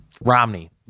Romney